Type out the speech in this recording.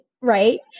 right